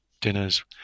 dinners